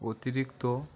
অতিরিক্ত